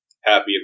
happy